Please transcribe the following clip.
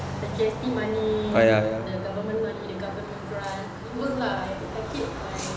the K S P money the government money the government grant it work lah I keep my